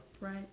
Right